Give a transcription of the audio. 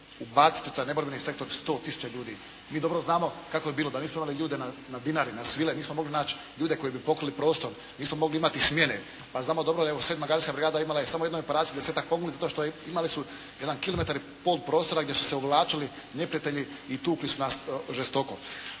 ubaciti u taj neborbeni sektor 100 000 ljudi. Mi dobro znamo kako je bilo. Da nismo imali ljude na Dinari, na Svilaju, nismo mogli naći ljude koji bi pokrili prostor. Nismo mogli imati smjene, pa znamo dobro da evo sedma gardijska brigada imala je u samo jednoj operaciji desetak poginulih, zato što imali su jedno kilometar i pol prostora gdje su se uvlačili neprijatelji i tukli su nas žestoko.